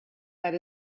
bet